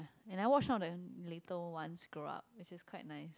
and I watched all the little ones grow up which was quite nice